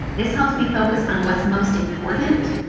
this helps me focus on what's most important,